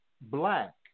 black